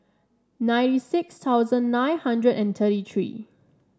nine six thousand nine hundred and thirty three